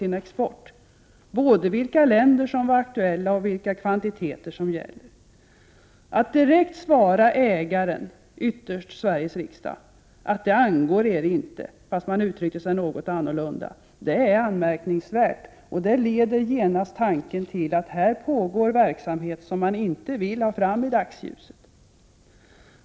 Det gällde både vilka länder som var aktuella och vilka kvantiteter som det var fråga om. Man gav direkt ägarna — ytterst Sveriges riksdag — svaret: Detta angår er inte. Fast man uttryckte sig något annorlunda. Detta är anmärkningsvärt, och det leder genast tanken till att det här pågår verksamhet som man inte vill ha fram i dagsljus.